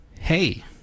Hey